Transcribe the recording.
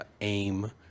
AIM